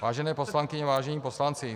Vážené poslankyně, vážení poslanci.